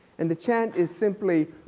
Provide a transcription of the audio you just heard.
and the chant is simply.